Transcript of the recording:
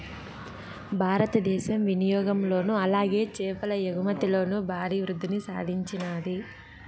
భారతదేశం వినియాగంలోను అలాగే చేపల ఎగుమతిలోను భారీ వృద్దిని సాధించినాది